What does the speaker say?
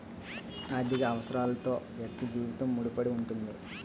ఆర్థిక అవసరాలతోనే వ్యక్తి జీవితం ముడిపడి ఉంటుంది